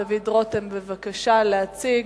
דוד רותם, להציג.